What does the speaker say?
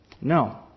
No